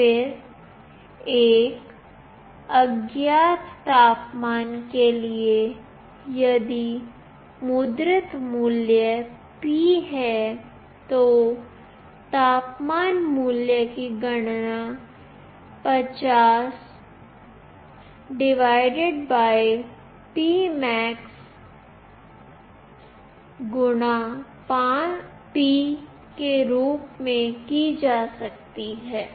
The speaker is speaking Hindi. फिर एक अज्ञात तापमान के लिए यदि मुद्रित मूल्य p है तो तापमान मूल्य की गणना 50 P max P के रूप में की जा सकती है